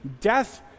Death